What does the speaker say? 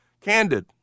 candid